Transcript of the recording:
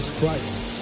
Christ